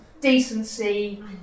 decency